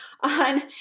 on